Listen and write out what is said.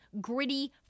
gritty